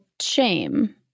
shame